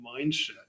mindset